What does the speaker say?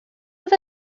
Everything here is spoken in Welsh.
oedd